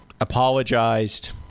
apologized